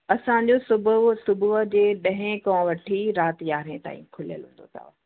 असांजो सुबु सुबुह जे ॾहें खां वठी राति यारहें ताईं खुलियल हूंदो अथव